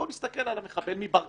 בואו נסתכל על המחבל מברקן.